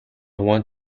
want